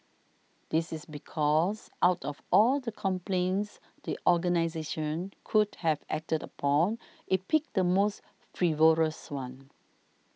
this is because out of all the complaints the organisation could have acted upon it picked the most frivolous one